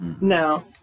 No